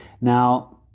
Now